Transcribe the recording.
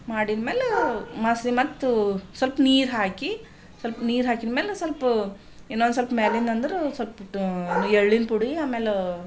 ಮಾಡಿದ್ಮೇಲೆ ಮಸಿ ಮತ್ತು ಸ್ವಲ್ಪ ನೀರು ಹಾಕಿ ಸ್ವಲ್ಪ ನೀರು ಹಾಕಿದ್ಮೇಲೆ ಸ್ವಲ್ಪ ಇನ್ನೊಂದು ಸ್ವಲ್ಪ ಮ್ಯಾಲಿಂದಂದ್ರೆ ಸ್ವಲ್ಪ ಎಳ್ಳಿನ ಪುಡಿ ಆಮೇಲೆ